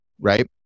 right